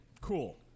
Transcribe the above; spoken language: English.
Cool